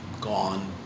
gone